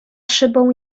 szybą